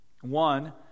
One